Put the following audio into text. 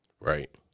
Right